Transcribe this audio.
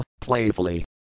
playfully